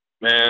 Man